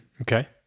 Okay